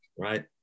right